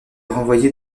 renvoyé